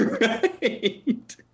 right